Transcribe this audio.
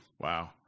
Wow